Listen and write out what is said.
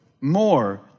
more